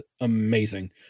amazing